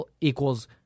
equals